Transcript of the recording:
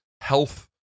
health